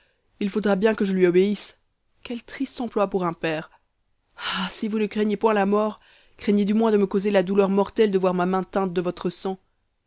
il faudra bien que je lui obéisse quel triste emploi pour un père ah si vous ne craignez point la mort craignez du moins de me causer la douleur mortelle de voir ma main teinte de votre sang